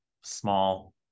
small